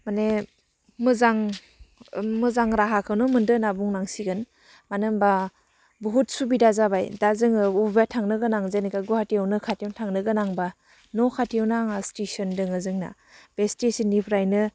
माने मोजां मोजां राहाखौनो मोनदों होन्ना बुंनांसिगोन मानो होम्बा बहुथ सुबिदा जाबाय दा जोङो बबेबा थांनो गोनां जेनेबा गुवाहाटियावनो खाथियावनो थांनो गोनांबा न' खाथियावनो आंहा स्टेसन दङ जोंना बे स्टेसननिफ्रायनो